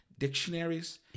dictionaries